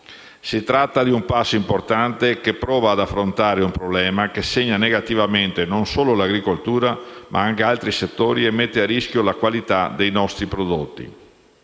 Si tratta di un passo importante, che prova ad affrontare un problema, che segna negativamente non solo l'agricoltura, ma anche altri settori, e mette a rischio la qualità dei nostri prodotti.